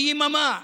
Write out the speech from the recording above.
ליממה.